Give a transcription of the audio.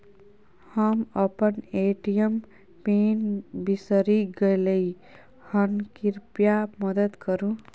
हम अपन ATM PIN बिसरि गलियै हन, कृपया मदद करु